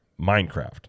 Minecraft